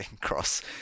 cross